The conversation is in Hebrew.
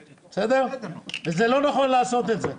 וזה לא נכון פוליטית לעשות את זה,